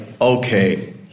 okay